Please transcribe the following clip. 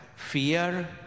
fear